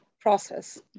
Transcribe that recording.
process